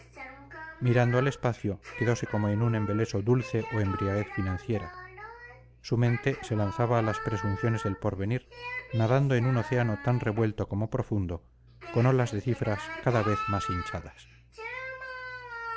mirando al espacio quedose como en un embeleso dulce o embriaguez financiera su mente se lanzaba a las presunciones del porvenir nadando en un océano tan revuelto como profundo con olas de cifras cada vez más hinchadas